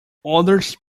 others